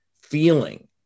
feeling